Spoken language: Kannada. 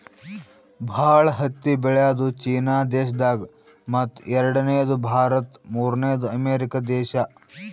ಭಾಳ್ ಹತ್ತಿ ಬೆಳ್ಯಾದು ಚೀನಾ ದೇಶದಾಗ್ ಮತ್ತ್ ಎರಡನೇದು ಭಾರತ್ ಮೂರ್ನೆದು ಅಮೇರಿಕಾ ದೇಶಾ